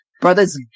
Brother's